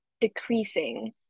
decreasing